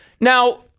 Now